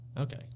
Okay